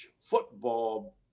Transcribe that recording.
football